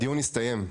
הדיון הסתיים.